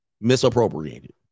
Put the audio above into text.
misappropriated